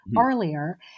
earlier